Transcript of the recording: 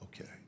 Okay